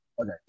Okay